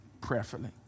prayerfully